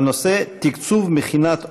הנושא: תקצוב מכינות "אופק".